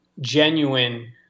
genuine